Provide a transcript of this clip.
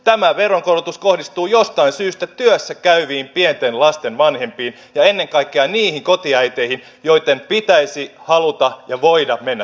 tämä veronkorotus kohdistuu jostain syystä työssä käyviin pienten lasten vanhempiin ja ennen kaikkia niihin kotiäiteihin joitten pitäisi haluta ja voida mennä työelämään